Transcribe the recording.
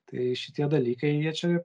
tai šitie dalykai jie čia